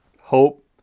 hope